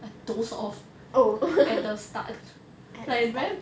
I dozed off at the start like very